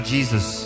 Jesus